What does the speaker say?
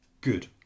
good